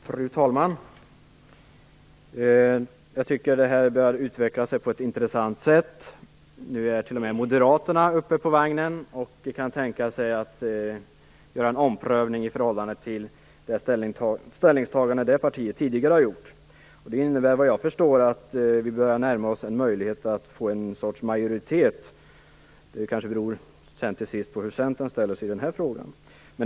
Fru talman! Det här börjar utveckla sig på ett intressant sätt. Nu är t.o.m. Moderaterna uppe på vagnen och kan tänka sig att göra en omprövning i förhållande till det ställningstagande partiet tidigare har gjort. Det innebär efter vad jag förstår att vi börjar närma oss en möjlighet att få en sorts majoritet, men slutligen beror det väl på hur Centern ställer sig i frågan.